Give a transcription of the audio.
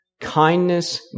kindness